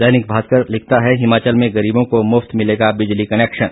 दैनिक भास्कर लिखता है हिमाचल में गरीबों को मुफ्त मिलेगा बिजली कनेक्शन